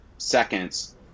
seconds